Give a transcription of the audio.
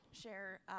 Share